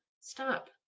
Stop